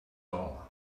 all